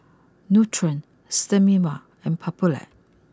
Nutren Sterimar and Papulex